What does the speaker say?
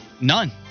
None